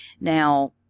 Now